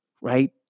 right